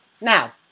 Now